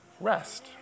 Rest